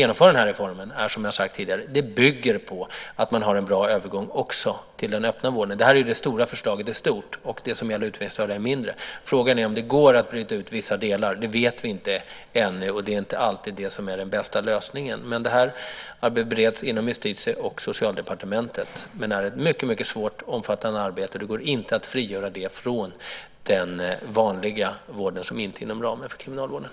Men för att man ska kunna genomföra den här reformen måste man ha en bra övergång till den öppna vården. Det här gäller det stora förslaget. Det som gäller utvecklingsstörda är mindre. Frågan är om det går att bryta ut vissa delar. Det vet vi inte än. Det är inte alltid den bästa lösningen. Arbetet bereds inom Justitie och Socialdepartementen. Det är ett mycket svårt och omfattande arbete. Det går inte att frigöra det från den vanliga vården som inte är inom ramen för kriminalvården.